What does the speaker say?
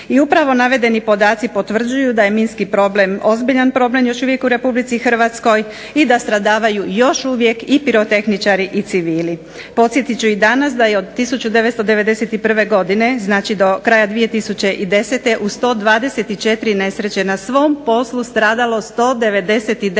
I upravo navedeni podaci potvrđuju da je minski problem ozbiljan problem u Republici Hrvatskoj i da stradaju još uvijek i pirotehničari i civili. Podsjetit ću i danas da je od 1991. godine do kraja 2010. u 124 nesreće na svom poslu stradalo 199